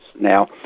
Now